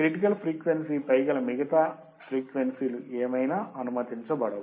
critical frequency పై గల మిగతా ఫ్రీక్వెన్సీ లు ఏవైనా అనుమతించబడవు